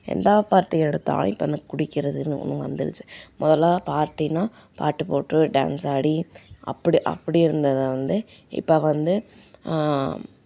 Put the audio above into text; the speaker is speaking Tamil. எந்த பார்ட்டி எடுத்தாலும் இப்போ அந்த குடிக்கிறதுன்னு ஒன்று வந்துடுச்சு முதல்லாம் பார்ட்டின்னால் பாட்டு போட்டு டான்ஸ் ஆடி அப்படி அப்படி இருந்ததை வந்து இப்போ வந்து